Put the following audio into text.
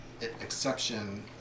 exception